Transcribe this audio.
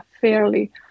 fairly